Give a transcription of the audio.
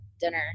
dinner